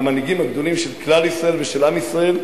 מהמנהיגים הגדולים של כלל ישראל ושל עם ישראל,